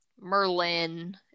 merlin